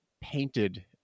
painted